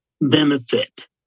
benefit